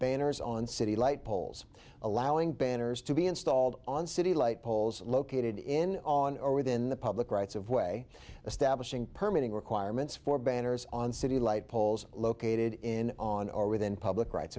banners on city light poles allowing banners to be installed on city light poles located in on or within the public rights of way establishing permanent requirements for banners on city light poles located in on or within public rights